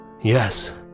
Yes